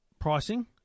pricing